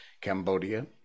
Cambodia